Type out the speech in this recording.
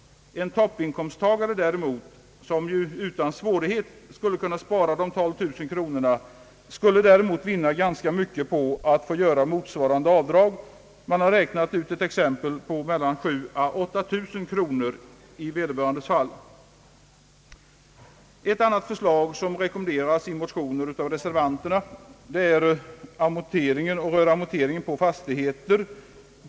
En toppinkomsttagare däremot, som utan svårighet skulle kunna spara dessa 12000 kronor, skulle däremot vinna ganska mycket på att få göra motsvarande avdrag. Det har räknats fram ett exempel på att det skulle bli mellan 7 000 och 8 000 kronor i vederbörandes fall; Ett annat förslag som rekommenderas i motioner och av reservanterna rör amorteringen på fastigheter.